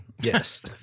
yes